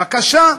בבקשה.